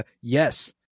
yes